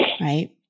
right